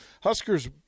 Huskers